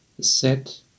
set